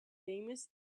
famous